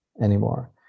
anymore